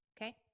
Okay